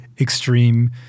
extreme